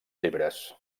llibres